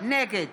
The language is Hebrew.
נגד